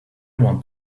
want